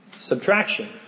Subtraction